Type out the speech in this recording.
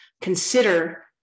consider